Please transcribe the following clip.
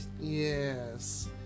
Yes